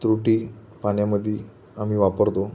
तुरटी पाण्यामध्ये आम्ही वापरतो